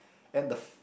and the